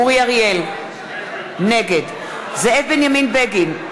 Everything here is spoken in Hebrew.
נגד אורי אריאל, נגד זאב בנימין בגין,